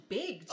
big